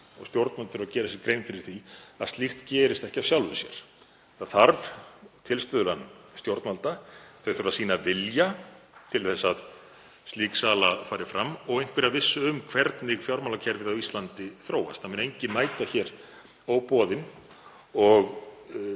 Stjórnvöld þurfa að gera sér grein fyrir því að slíkt gerist ekki af sjálfu sér. Það þarf tilstuðlan stjórnvalda. Þau þurfa að sýna vilja til að slík sala fari fram og einhverja vissu um hvernig fjármálakerfið á Íslandi þróast. Það mun enginn mæta hér óboðinn og